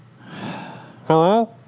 Hello